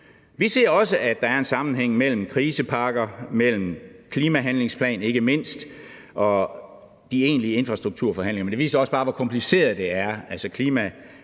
Vi ser også, at der er en sammenhæng mellem krisepakker og klimahandlingsplan og de egentlige infrastrukturforhandlinger, men det viser også bare, hvor kompliceret det er, for